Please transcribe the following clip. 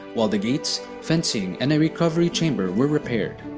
while the gates, fencing, and a recovery chamber were repaired.